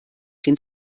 den